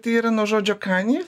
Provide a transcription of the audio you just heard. tai yra nuo žodžio kani